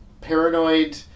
paranoid